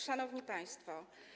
Szanowni Państwo!